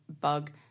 bug